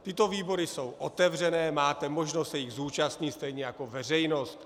Tyto výbory jsou otevřené, máte možnost se jich zúčastnit, stejně jako veřejnost.